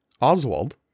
Oswald